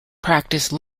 practice